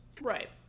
Right